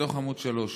מתוך עמ' 3: